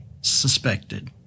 suspected